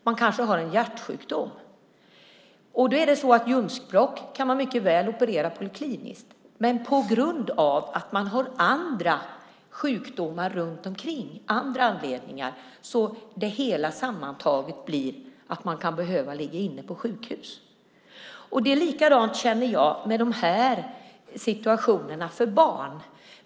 Man kanske har en hjärtsjukdom. Då är det så att ljumskbråck mycket väl kan opereras på en klinik, men på grund av att man har andra sjukdomar runt omkring, andra anledningar, blir det hela sammantaget att man kan behöva ligga inne på sjukhus. Jag känner att det är likadant med de här situationerna för barn.